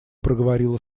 проговорила